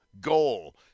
goal